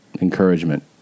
encouragement